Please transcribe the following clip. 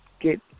get